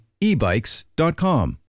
ebikes.com